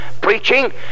preaching